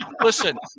listen